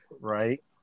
right